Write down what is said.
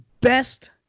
best